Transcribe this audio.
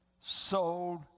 sold